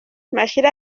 mashira